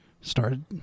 started